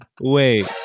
wait